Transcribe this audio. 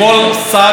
דיברתי בזמנו,